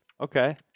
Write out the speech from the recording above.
Okay